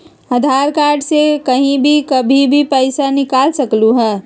आधार card से कहीं भी कभी पईसा निकाल सकलहु ह?